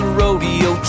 rodeo